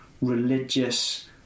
religious